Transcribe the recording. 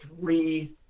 three